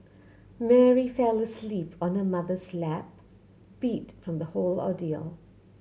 Mary fell asleep on her mother's lap beat from the whole ordeal